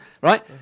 Right